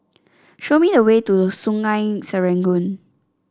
show me the way to the Sungei Serangoon